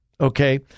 okay